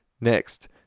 Next